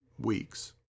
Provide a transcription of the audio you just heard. weeks